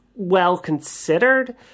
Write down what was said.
well-considered